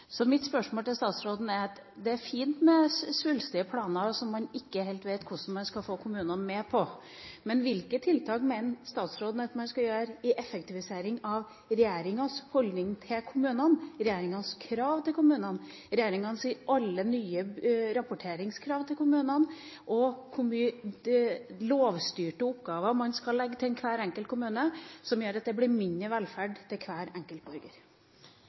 Så mitt spørsmål til statsråden er: Det er fint med svulstige planer som man ikke helt vet hvordan man skal få kommunene med på. Men hvilke tiltak mener statsråden man skal gjøre for å effektivisere regjeringas holdning til kommunene, regjeringas krav til kommunene, alle de nye rapporteringskrav som regjeringa har overfor kommunene, og hvor mange lovstyrte oppgaver man skal legge til hver enkelt kommune – som gjør at det blir mindre velferd til hver enkelt borger?